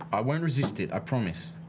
i won't resist it. i promise.